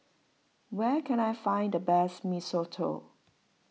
where can I find the best Mee Soto